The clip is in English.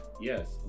Yes